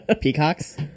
Peacocks